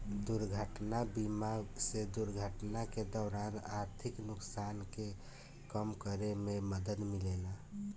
दुर्घटना बीमा से दुर्घटना के दौरान आर्थिक नुकसान के कम करे में मदद मिलेला